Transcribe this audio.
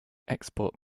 export